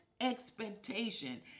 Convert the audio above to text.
expectation